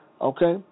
Okay